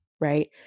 right